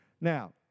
Now